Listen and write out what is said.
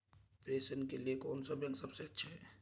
प्रेषण के लिए कौन सा बैंक सबसे अच्छा है?